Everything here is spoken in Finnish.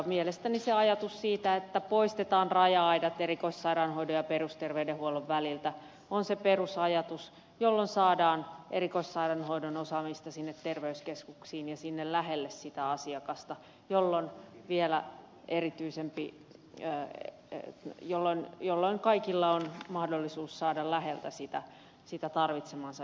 mielestäni se ajatus siitä että poistetaan raja aidat erikoissairaanhoidon ja perusterveydenhuollon väliltä on se perusajatus jolloin saadaan erikoissairaanhoidon osaamista sinne terveyskeskuksiin ja sinne lähelle sitä asiakasta jolloin vielä erityisempi ja e jolla jolloin kaikilla on mahdollisuus saada läheltä sitä tarvitsemaansa erityispalvelua